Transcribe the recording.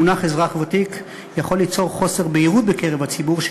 המונח אזרח ותיק יכול ליצור חוסר בהירות בקרב הציבור,